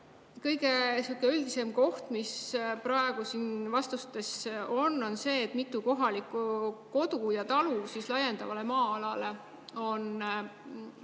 Kõige üldisem koht, mis praegu siin vastustes on, on see, et mitu kohalikku kodu ja talu siis peaksid inimesed